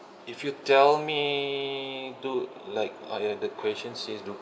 if you tell me to like ah ya the question says do